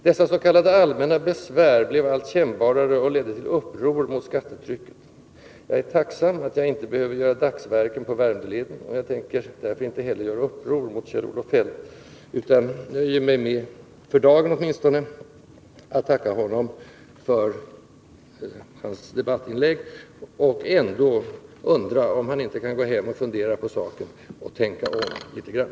Dessa s.k. allmänna besvär blev allt kännbarare och ledde slutligen till uppror mot skattetrycket. Jag är tacksam för att jag inte behöver göra dagsverken på Värmdöleden, och jag tänker därför inte heller göra uppror mot Kjell-Olof Feldt, utan nöjer mig-— för dagen åtminstone — med att tacka honom för hans debattinlägg. Jag undrar ändå om han inte borde gå hem och fundera på saken och tänka om litet grand.